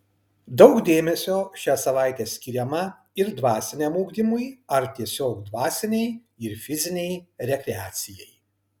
daug dėmesio šią savaitę skiriama ir dvasiniam ugdymui ar tiesiog dvasinei ir fizinei rekreacijai